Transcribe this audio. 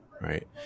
right